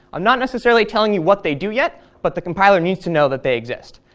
i'm not necessarily telling you what they do yet, but the compiler needs to know that they exist.